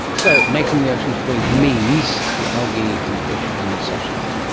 so making the oceans breathe means the algae and the fish and suchlike.